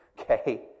okay